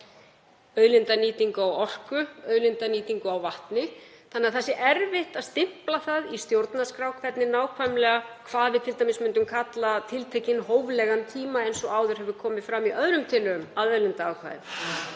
landi, auðlindanýtingu á orku, auðlindanýtingu á vatni, þannig að erfitt sé að stimpla það í stjórnarskrá hvað nákvæmlega við myndum t.d. kalla tiltekinn hóflegan tíma, eins og áður hefur komið fram í öðrum tillögum að auðlindaákvæði.